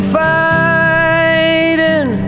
fighting